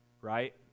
Right